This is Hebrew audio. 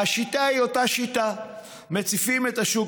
והשיטה היא אותה שיטה: מציפים את השוק